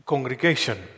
Congregation